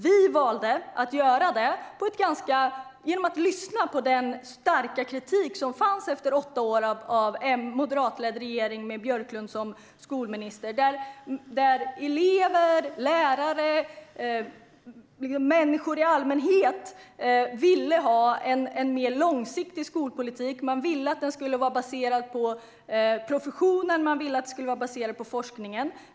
Vi valde att göra detta genom att lyssna på den starka kritik som fanns efter åtta år med moderatledning med Björklund som skolminister. Elever, lärare och människor i allmänhet ville ha en mer långsiktig skolpolitik. Man ville att den skulle vara baserad på professionen och på forskningen.